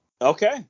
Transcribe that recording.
okay